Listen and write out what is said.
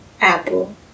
Apple